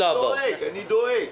אני דואג.